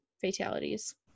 fatalities